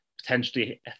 potentially